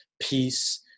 peace